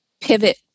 pivot